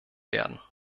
werden